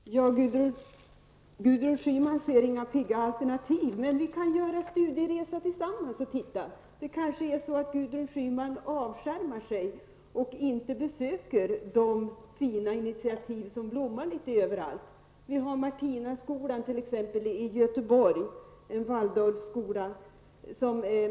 Herr talman! Gudrun Schyman ser inga pigga alternativ. Men vi kan göra studieresor tillsammans och titta. Kanske Gudrun Schyman avskärmar sig och inte besöker de fina initiativ som blommar litet överallt. Vi har t.ex. Martinaskolan i Göteborg, en Waldorfskola.